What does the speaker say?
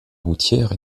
routière